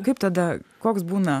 kaip tada koks būna